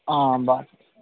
हां बस